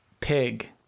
pig